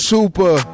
Super